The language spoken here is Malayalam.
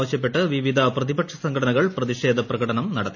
ആവശ്യപ്പെട്ട് വിവിധ പ്രതിപക്ഷ് ്സ്ംഘടനകൾ പ്രതിഷേധ പ്രകടനം നടത്തി